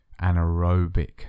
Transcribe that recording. anaerobic